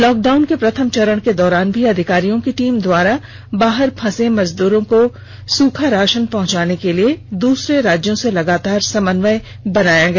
lockdown के प्रथम चरण के दौरान भी अधिकारियों की टीम द्वारा बाहर फंसे मजदूरों को सुखा राषन पहुंचाने के लिए दूसरे राज्यो से लगातार समन्वय बनाया गया